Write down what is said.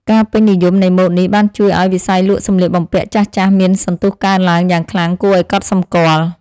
ការពេញនិយមនៃម៉ូដនេះបានជួយឱ្យវិស័យលក់សម្លៀកបំពាក់ចាស់ៗមានសន្ទុះកើនឡើងយ៉ាងខ្លាំងគួរឱ្យកត់សម្គាល់។